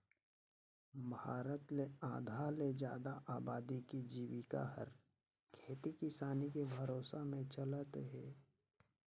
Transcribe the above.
भारत ले आधा ले जादा अबादी के जिविका हर खेती किसानी के भरोसा में चलत हे